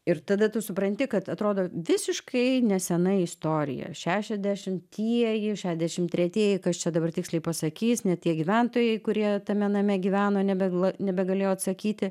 ir tada tu supranti kad atrodo visiškai nesena istorija šešiadešimtieji šedešimtretieji kas čia dabar tiksliai pasakys ne tie gyventojai kurie tame name gyveno nebe la nebegalėjo atsakyti